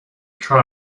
try